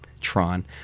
Tron